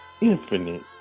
infinite